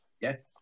Yes